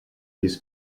his